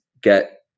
get